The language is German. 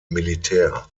militär